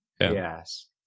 yes